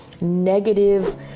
negative